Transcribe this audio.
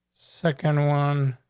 second, one